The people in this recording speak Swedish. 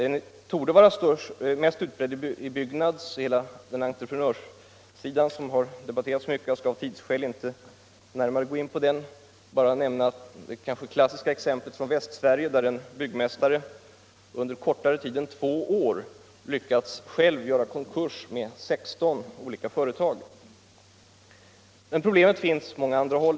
Den torde vara mest utbredd inom den byggnadsoch annan entreprenörsverksamhet som har debatterats mycket. Jag skall av tidsskäl inte närmare gå in på dem, bara nämna det kanske klassiska exemplet från Västsverige, där en byggmästare under kortare tid än två år lyckades göra konkurs med 16 olika företag med stora skatteskulder. Men problemet finns också på många andra håll.